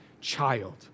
child